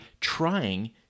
trying